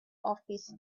office